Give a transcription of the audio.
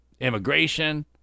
immigration